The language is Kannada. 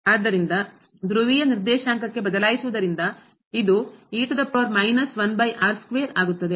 ಆದ್ದರಿಂದ ಧ್ರುವೀಯ ನಿರ್ದೇಶಾಂಕಕ್ಕೆ ಬದಲಾಯಿಸುವುದರಿಂದ ಅದು ಆಗುತ್ತದೆ